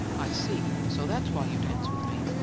i see. so that's why you dance with me.